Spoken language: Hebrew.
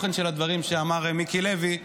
לגבי התוכן של הדברים שאמר מיקי לוי,